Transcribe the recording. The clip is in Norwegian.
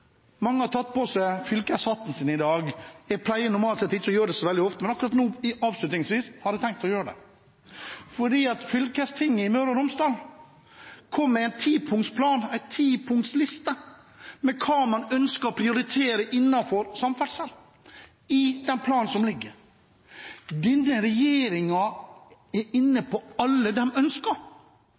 Mange har tatt på seg fylkeshatten sin i dag. Jeg pleier normalt ikke å gjøre det så veldig ofte, men akkurat nå, avslutningsvis, har jeg tenkt å gjøre det. For fylkestinget i Møre og Romsdal kom med en tipunkts plan, en tipunkts liste, over hva man ønsker å prioritere innenfor samferdsel i den planen som ligger der. Denne regjeringen er inne på alle